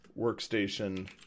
workstation